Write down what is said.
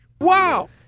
Wow